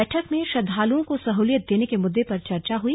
बैठक में श्रद्वालुओं को सहूलियत देने के मुद्दे पर चर्चा हुई